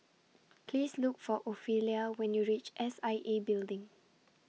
Please Look For Ophelia when YOU REACH S I A Building